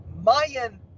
Mayan